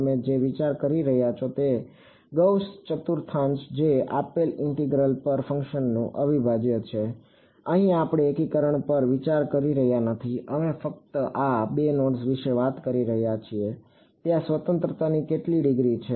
તમે જે વિશે વિચારી રહ્યા છો તે ગૌસ ચતુર્થાંશ છે જે આપેલ ઈન્ટરીગ્ર્લ પર ફંક્શનનું અવિભાજ્ય છે અહીં આપણે એકીકરણ પર વિચાર કરી રહ્યા નથી અમે ફક્ત આ 2 નોડ્સ વિશે વાત કરી રહ્યા છીએ ત્યાં સ્વતંત્રતાની કેટલી ડિગ્રી છે